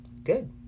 Good